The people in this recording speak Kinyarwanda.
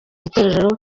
itorero